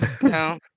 no